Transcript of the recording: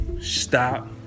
Stop